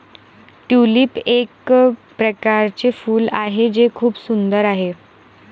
tulip एक प्रकारचे फूल आहे जे खूप सुंदर आहे